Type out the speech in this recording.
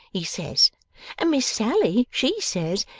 he says and miss sally, she says,